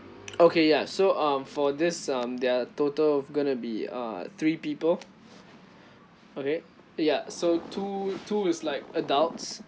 okay ya so um for this um there are total gonna be uh three people okay ya so two two is like adults